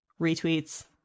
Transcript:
retweets